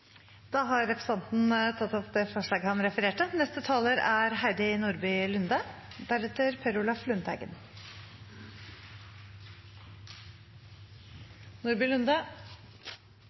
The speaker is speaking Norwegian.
Da har representanten Per Olaf Lundteigen tatt opp det forslaget han refererte